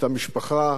הילדים והנכדות.